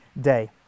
day